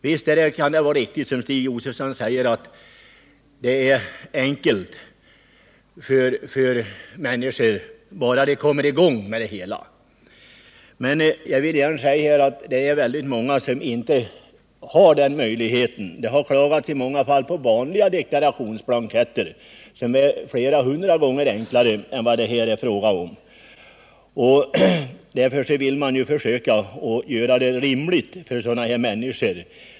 Visst kan det vara riktigt som Stig Josefson säger, att det är enkelt bara man kommer i gång, men det är väldigt många som inte har möjlighet att klara detta. Det har i många fall klagats på vanliga deklarationsblanketter, som är flera hundra gånger enklare att klara än den här redovisningen. Därför vill man försöka göra det rimligt för dessa människor.